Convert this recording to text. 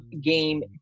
game